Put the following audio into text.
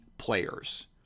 players